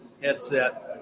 headset